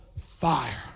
fire